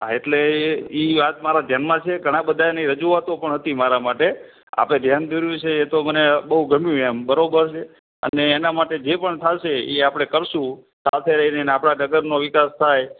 હા એટલે એ એ વાત મારા ધ્યાનમાં છે ઘણા બધાની રજૂઆતો પણ હતી મારા માટે આપે ધ્યાન દોર્યું છે એ તો મને બહું ગમ્યું એમ બરાબર છે અને એના માટે જે પણ થશે એ આપણે કરીશું સાથે રહીને આપણાં નગરનો વિકાસ થાય